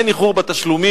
אין איחור בתשלומים,